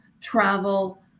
travel